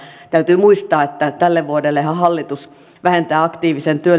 täytyy muistaa että tälle vuodellehan hallitus vähentää aktiivisen